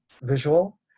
visual